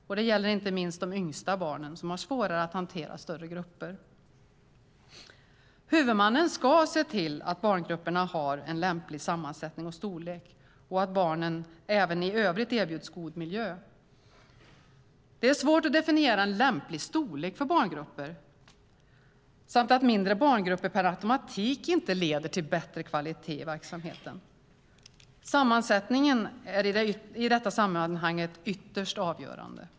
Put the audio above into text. Detta gäller inte minst de yngsta barnen som har svårare att hantera större grupper än de äldre barnen. Huvudmannen ska se till att barngrupperna har en lämplig sammansättning och storlek och att barnen även i övrigt erbjuds en god miljö. Det är svårt att definiera en lämplig storlek för barngrupper. Mindre barngrupper leder inte per automatik till bättre kvalitet i verksamheten. Sammansättningen är i detta sammanhang ytterst avgörande.